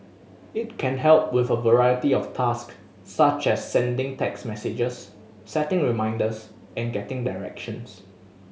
it can help with a variety of task such a sending text messages setting reminders and getting directions